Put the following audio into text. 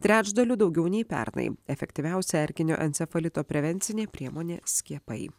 trečdaliu daugiau nei pernai efektyviausia erkinio encefalito prevencinė priemonė skiepai